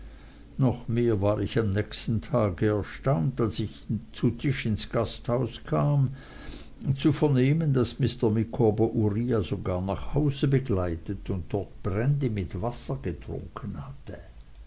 noch mehr war ich am nächsten tage erstaunt als ich zu tisch ins gasthaus kam zu vernehmen daß mr micawber uriah sogar nach hause begleitet und dort brandy mit wasser getrunken hatte